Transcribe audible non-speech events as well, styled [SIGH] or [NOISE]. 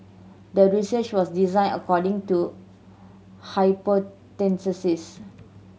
the research was designed according to [UNINTELLIGIBLE]